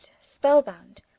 spellbound